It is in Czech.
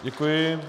Děkuji.